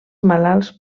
malalts